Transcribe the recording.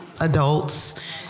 adults